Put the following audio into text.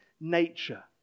nature